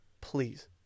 please